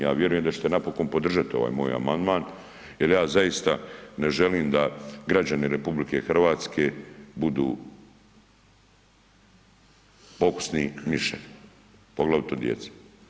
Ja vjerujem da ćete napokon podržati ovaj moj amandman jer ja zaista ne želim da građani RH budu pokusni miševi, poglavito djeca.